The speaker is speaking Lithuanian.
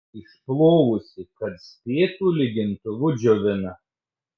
išplovusi kad spėtų lygintuvu džiovina